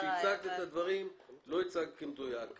הצגת את הדברים לא במדויק.